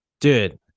Dude